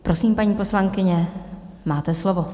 Prosím, paní poslankyně, máte slovo.